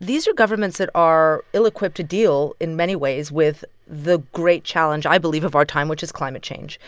these are governments that are ill-equipped to deal, in many ways, with the great challenge, i believe, of our time, which is climate change